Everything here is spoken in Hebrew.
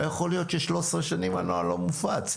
לא יכול להיות ש-13 שנים הנוהל לא מופץ.